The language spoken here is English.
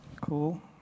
Cool